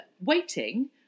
waiting